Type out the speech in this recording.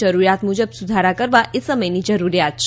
જરૂરિયાત મુજબ સુધારા કરવા એ સમયની જરૂરિયાત છે